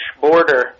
border